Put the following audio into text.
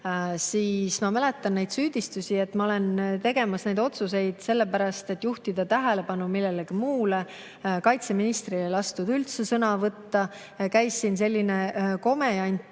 Ma mäletan neid süüdistusi, et ma olen tegemas neid otsuseid sellepärast, et juhtida tähelepanu millelegi muule. Kaitseministril ei lastud üldse sõna võtta, siin käis selline komejant.